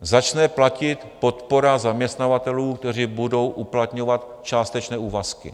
Začne platit podpora zaměstnavatelů, kteří budou uplatňovat částečné úvazky.